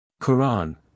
Qur'an